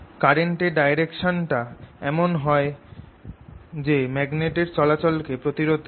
current এর ডাইরেকশনটা এমন হয় যে এটা ম্যাগনেটের চলাচল কে প্রতিরোধ করে